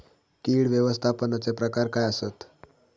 कीड व्यवस्थापनाचे प्रकार काय आसत?